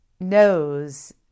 knows